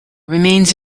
remains